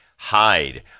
hide